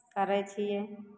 करै छियै